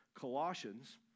Colossians